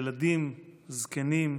ילדים, זקנים,